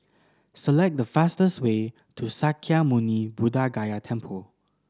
select the fastest way to Sakya Muni Buddha Gaya Temple